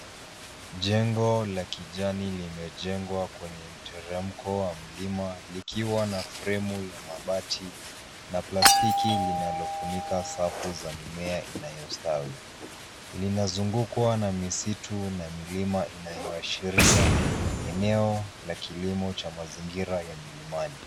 Jengo la kijani limejengwa kwenye mteremko wa mlima likiwa na fremu ya mabati na plastiki linalofunika safu za mimea inayostawi. Linazungukwa na misitu na milima inayoashiria eneo la kilimo cha mazingira ya milimani.